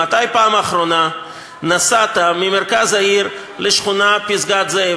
מתי בפעם האחרונה נסעת ממרכז העיר לשכונת פסגת-זאב?